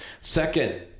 second